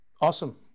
Awesome